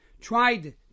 tried